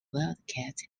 wildcat